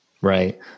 right